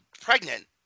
pregnant